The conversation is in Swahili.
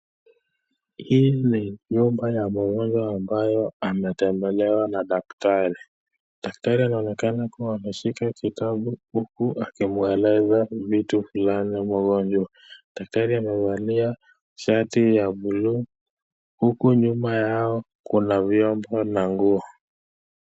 Hii ni nyumba ya mgonjwa ambayo ametembelewa na daktari. Daktari anaonekana kuwa ameshika kitabu huku akimueleza vitu fulani mgonjwa. Daktari amevalia shati ya buluu huku nyuma yao kuna vyombo na nguo.